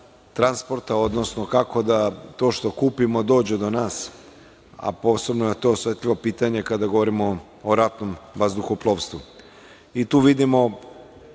transporta, odnosno kako da to što kupimo dođe do nas, a posebno je to osetljivo pitanje kada govorimo o ratnom vazduhoplovstvu. Tu vidimo